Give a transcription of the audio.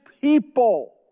people